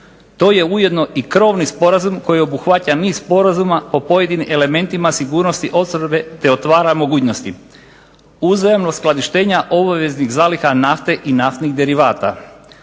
To je ujedno i krovni sporazum koji obuhvaća niz sporazuma o pojedinim elementima sigurnosti opskrbe te otvara mogućnosti uzajamnog uskladištenja obaveznih zaliha nafte i naftnih derivata,